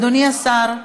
אדוני השר,